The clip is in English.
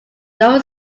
low